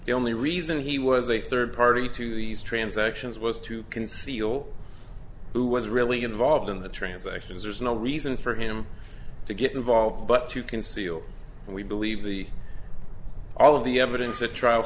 the only reason he was a third party to these transactions was to conceal who was really involved in the transactions there's no reason for him to get involved but to conceal and we believe the all of the evidence at trial